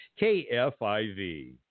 KFIV